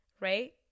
right